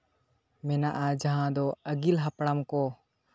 ᱢᱮᱱᱟᱜᱼᱟ ᱡᱟᱦᱟᱸ ᱫᱚ ᱟᱹᱜᱤᱞ ᱦᱟᱯᱲᱟᱢ ᱠᱚ